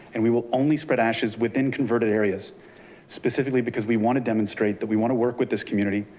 and we will only spread ashes within converted areas specifically because we want to demonstrate that we want to work with this community.